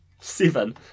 Seven